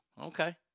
Okay